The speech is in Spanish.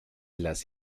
las